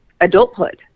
adulthood